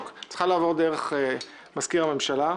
הפרוצדורה צריכה לעבור דרך מזכיר הממשלה.